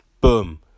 boom